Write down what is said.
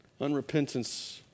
unrepentance